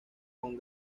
con